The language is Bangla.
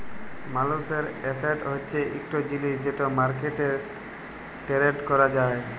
মালুসের এসেট হছে ইকট জিলিস যেট মার্কেটে টেরেড ক্যরা যায়